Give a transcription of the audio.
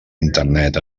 internet